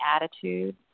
attitude